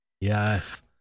Yes